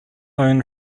own